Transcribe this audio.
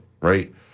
right